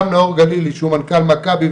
גם נאור גלילי שהוא מנכ"ל מכבי,